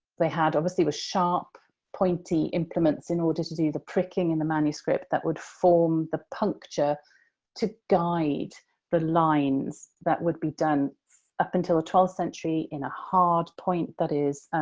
they had, obviously, were sharp, pointy implements in order to do the pricking in the manuscript that would form the puncture to guide the lines that would be done up until the twelfth century, in a hard point that is,